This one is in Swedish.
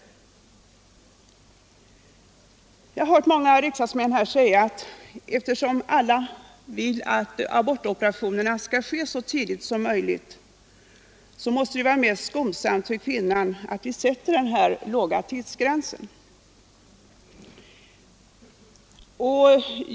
Jag har hört många riksdagsmän säga att eftersom alla vill att abortoperationerna skall ske så tidigt som möjligt måste det vara mest skonsamt för kvinnan att vi sätter den här låga tidsgränsen.